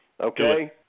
okay